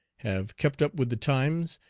have kept up with the times,